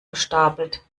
gestapelt